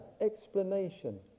explanation